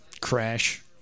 Crash